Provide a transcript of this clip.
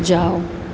जाओ